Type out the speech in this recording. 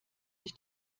sich